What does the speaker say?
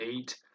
eight